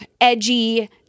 edgy